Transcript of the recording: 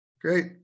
great